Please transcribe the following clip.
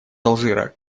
алжира